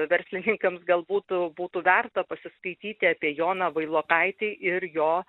verslininkams galbūt būtų verta pasiskaityti apie joną vailokaitį ir jo